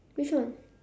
which one